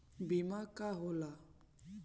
बीमा का होला?